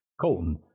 Colton